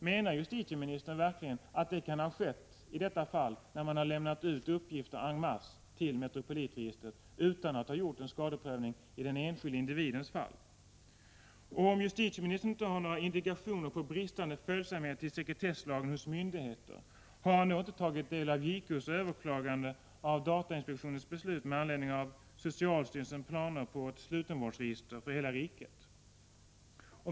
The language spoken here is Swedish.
Menar justitieministern verkligen att det kan ha skett i detta sammanhang, när uppgifter har lämnats ut en masse till Metropolitregistret, utan att skadeprövning gjorts i den enskilde individens fall. Om justitieministern inte har några indikationer på bristande följsamhet till sekretesslagen hos myndigheter, har han då inte tagit del av JK:s överklagande av datainspektionens beslut med anledning av socialstyrelsens planer på ett slutenvårdsregister för hela riket?